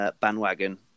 bandwagon